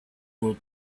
will